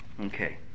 Okay